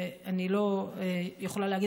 ואני לא יכולה להגיד,